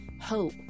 hope